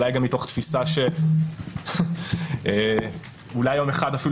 אולי גם מתוך תפיסה שאולי יום אחד אפילו